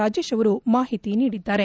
ರಾಜೇಶ್ ಅವರು ಮಾಹಿತಿ ನೀಡಿದ್ದಾರೆ